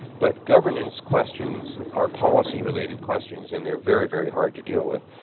but governance questions are policy-related questions, and they're very, very hard to deal with.